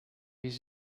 use